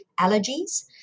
allergies